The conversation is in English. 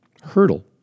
hurdle